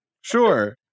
sure